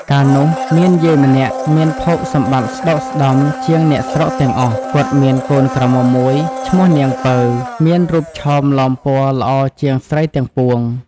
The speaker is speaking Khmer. កាលនោះ មានយាយម្នាក់មានភោគសម្បត្តិស្តុកស្តម្ភជាងអ្នកស្រុកទាំងអស់ គាត់មានកូនក្រមុំមួយឈ្មោះនាងពៅ មានរូបឆោមលោមពណ៌‌ល្អជាងស្រីទាំងពួង។